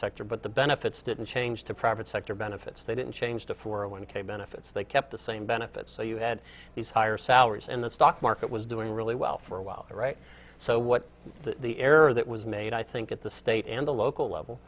sector but the benefits didn't change to private sector benefits they didn't change to for a one k benefits they kept the same benefits so you had these higher salaries and the stock market was doing really well for a while so what the error that was made i think at the state and the local level